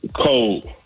Cold